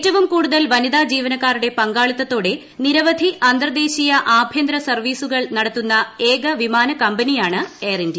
ഏറ്റവും കൂടുതൽ വനിതാ ജീവനക്കാരുടെ പങ്കാളിത്തത്തോടെ നിരവധി അന്തർദേശീയ ആഭ്യന്തര വിമാനസർവീസുകൾ നടത്തുന്ന ഏക വിമാനകമ്പനിയാണ് എയർ ഇന്ത്യ